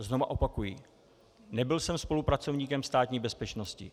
Znovu opakuji, nebyl jsem spolupracovníkem Státní bezpečnosti.